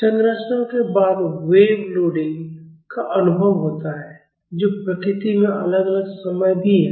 संरचनाओं के बाद वेव लोडिंग का अनुभव होता है जो प्रकृति में अलग अलग समय भी है